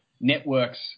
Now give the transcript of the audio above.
networks